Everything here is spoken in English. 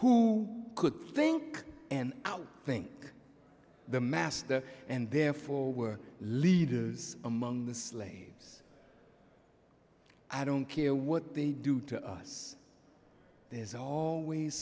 who could think and out think the master and therefore were leaders among the slaves i don't care what they do to us there's always